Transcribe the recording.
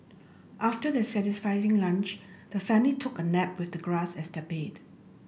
after their satisfying lunch the family took a nap with the grass as their bed